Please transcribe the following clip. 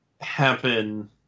happen